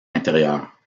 intérieure